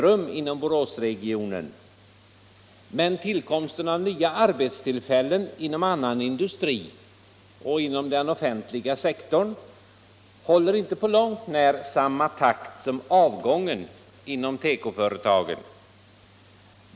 håller inte på långt när samma takt som avgången inom tekoföretagen.